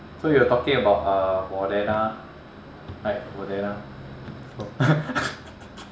so you're talking about uh moderna like moderna so